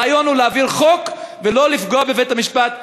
הרעיון הוא להעביר חוק ולא לפגוע בבית-המשפט.